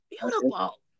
Beautiful